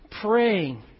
praying